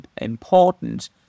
important